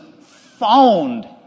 found